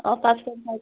ହଁ ପାଞ୍ଚଟାରେ ବାହାରୁଛୁ